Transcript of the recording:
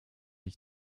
ich